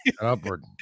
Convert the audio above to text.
upward